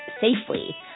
safely